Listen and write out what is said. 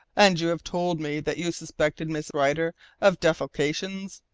and you have told me that you suspected miss rider of defalcations?